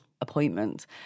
appointment